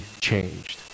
changed